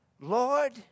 Lord